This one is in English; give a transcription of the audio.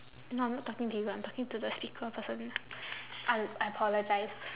no I'm not talking to you I'm talking to the speaker person I I apologise